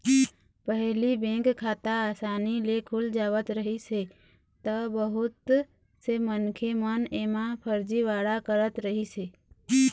पहिली बेंक खाता असानी ले खुल जावत रहिस हे त बहुत से मनखे मन एमा फरजीवाड़ा करत रहिस हे